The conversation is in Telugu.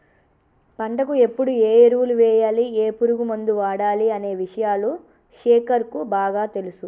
పంటకు ఎప్పుడు ఏ ఎరువులు వేయాలి ఏ పురుగు మందు వాడాలి అనే విషయాలు శేఖర్ కు బాగా తెలుసు